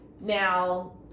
now